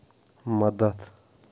مدد